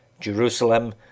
Jerusalem